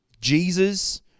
Jesus